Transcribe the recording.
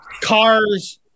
cars